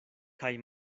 kaj